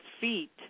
feet